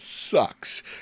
Sucks